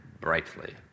brightly